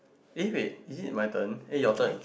eh wait is it my turn eh your turn